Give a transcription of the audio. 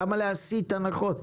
למה להסיט הנחות?